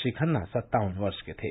श्री खन्ना सत्तावन वर्ष के थे